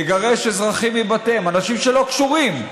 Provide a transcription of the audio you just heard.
לגרש אזרחים מבתיהם, אנשים שלא קשורים.